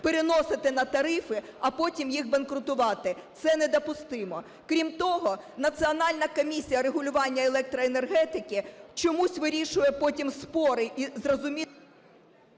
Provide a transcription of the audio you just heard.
переносити на тарифи, а потім їх банкрутувати. Це недопустимо. Крім того, Національна комісія регулювання електроенергетики чомусь вирішує потім спори і…